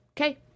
okay